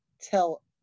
tell